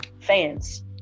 fans